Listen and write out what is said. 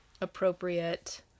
appropriate